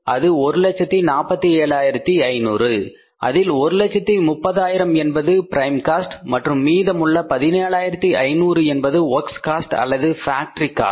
அது 147500 அதில் 130000 என்பது பிரைம் காஸ்ட் மற்றும் மீதமுள்ள 17500 என்பது வொர்க்ஸ் காஸ்ட் அல்லது ஃபேக்டரி காஸ்ட்